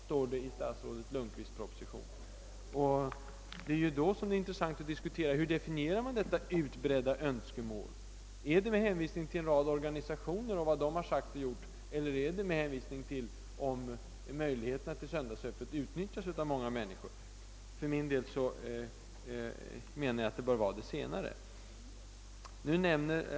Detta har alltså statsrådet Lundkvist skrivit i sin proposition. Då är det intressant att diskutera hur begreppet »utbrett önskemål» definieras. Definierar man begreppet med hänvisning till vad en rad organisationer sagt och gjort eller med hänvisning till att möjligheterna att handla på söndagarna utnyttjas av många människor? För min del anser jag att det senare bör vara grundläggande.